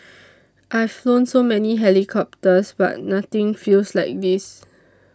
I've flown so many helicopters but nothing feels like this